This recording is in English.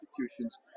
institutions